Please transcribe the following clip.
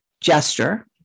gesture